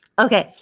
okay.